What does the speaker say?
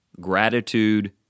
gratitude